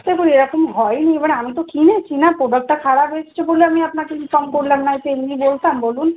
দেখুন এরকম হয় নি এবারে আমি তো কিনেছি না প্রডাক্টটা খারাপ এসছে বলে আমি আপনাকে ইনফর্ম করলাম নায় তো এমনি বলতাম বলুন